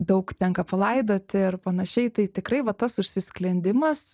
daug tenka palaidoti ir panašiai tai tikrai va tas užsisklendimas